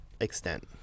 extent